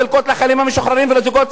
לחיילים המשוחררים ולזוגות הצעירים,